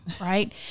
right